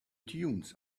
dunes